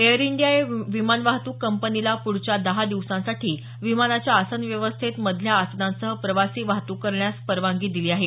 air India या विमान वाहतूक कंपनीला पुढच्या दहा दिवसांसाठी विमानाच्या आसन व्यवस्थेत मधल्या आसनांसह प्रवासी वाहतूक करण्यास परवानगी दिली आहे